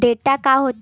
Data का होथे?